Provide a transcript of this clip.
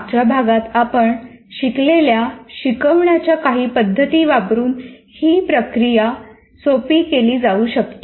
मागच्या भागात आपण शिकलेल्या शिकवण्याच्या काही पद्धती वापरून ही प्रक्रिया सोपी केली जाऊ शकते